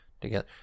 together